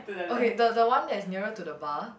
okay the the one that is nearer to the bar